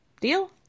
deal